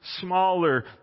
smaller